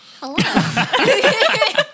Hello